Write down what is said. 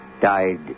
died